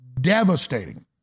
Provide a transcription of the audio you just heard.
devastating